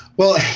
well